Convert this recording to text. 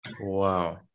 Wow